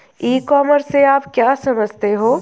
ई commerce से आप क्या समझते हो?